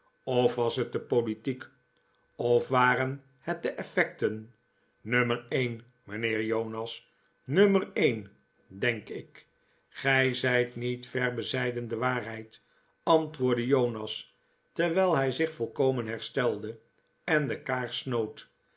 of was het de politiek of waren het de effecten nummer een mijnheer jonas nummer een denk ik gij zijt niet ver bezijden de waarheid antwoordde jonas terwijl hij zich volkomen herstelde en de kaars snoot